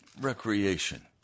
recreation